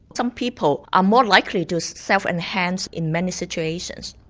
some people are more likely to self-enhance in many situations,